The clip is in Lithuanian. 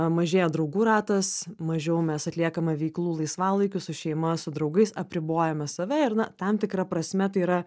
mažėja draugų ratas mažiau mes atliekame veiklų laisvalaikiu su šeima su draugais apribojame save ir na tam tikra prasme tai yra